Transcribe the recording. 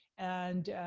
and